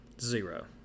zero